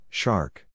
shark